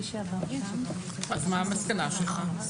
אם כן, מה המסקנה שלך?